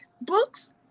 Books